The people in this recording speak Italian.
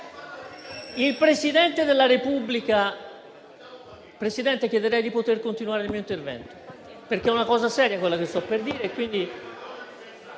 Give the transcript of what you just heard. Presidente, chiederei di poter continuare il mio intervento, perché è una cosa seria quella che sto per dire.